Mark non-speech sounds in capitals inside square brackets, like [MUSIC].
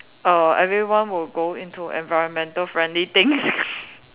err everyone will go into environmental friendly things [LAUGHS]